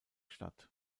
statt